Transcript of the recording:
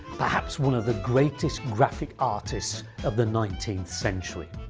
perhaps one of the greatest graphic artists of the nineteenth century.